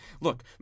look